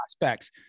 prospects